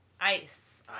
ice